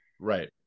right